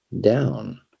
down